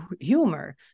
humor